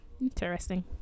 interesting